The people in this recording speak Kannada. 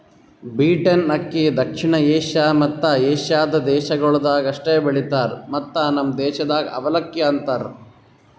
ಬೀಟೆನ್ ಅಕ್ಕಿ ದಕ್ಷಿಣ ಏಷ್ಯಾ ಮತ್ತ ಏಷ್ಯಾದ ದೇಶಗೊಳ್ದಾಗ್ ಅಷ್ಟೆ ಬೆಳಿತಾರ್ ಮತ್ತ ನಮ್ ದೇಶದಾಗ್ ಅವಲಕ್ಕಿ ಅಂತರ್